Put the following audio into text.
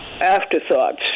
afterthoughts